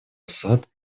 асад